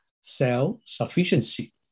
self-sufficiency